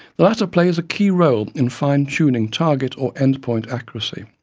the latter plays a key role in fine tuning target or end-point accuracy.